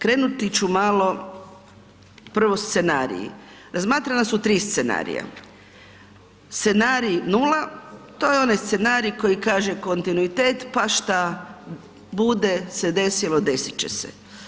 Krenuti ću malo, prvo scenarij, razmatrana su tri scenarija, scenarij nula, to je onaj scenarij koji kaže kontinuitet pa šta se bude desilo desit će se.